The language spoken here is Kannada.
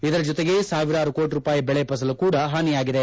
ಇದರ ಜೊತೆಗೆ ಸಾವಿರಾರೂ ಕೋಟಿ ರೂಪಾಯಿ ಬೆಳೆ ಫಸಲು ಕೂಡ ಹಾನಿಯಾಗಿದೆ